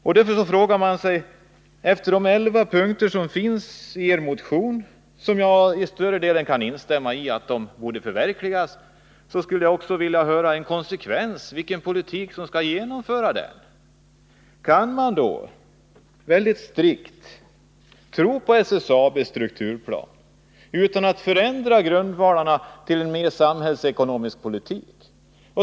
Med anledning av de elva punkter som finns i motionen och beträffande vilka jag till större delen kan instämma i att de borde förverkligas, skulle jag också vilja höra en konsekvens — vilken politik skall genomföra dessa elva punkter? Kan man då, väldigt strikt, tro på SSAB:s strukturplan utan att förändra grundvalarna för en mer samhällsekonomisk politik?